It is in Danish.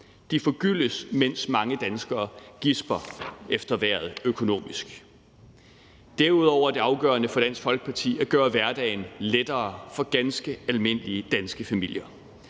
De forgyldes, mens mange danskere gisper efter vejret økonomisk. Derudover er det afgørende for Dansk Folkeparti at gøre hverdagen lettere for ganske almindelige danske familier.